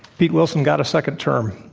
pete wilson got a second term.